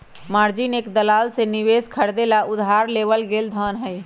margin एक दलाल से निवेश खरीदे ला उधार लेवल गैल धन हई